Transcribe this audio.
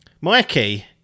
Mikey